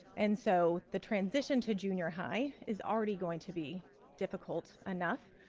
and so the transition to junior high is already going to be difficult enough,